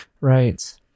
Right